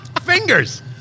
Fingers